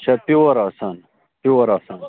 یہِ چھا پیٛوٗوَر آسان پیٛوٗوَر آسان